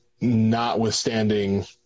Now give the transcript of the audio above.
notwithstanding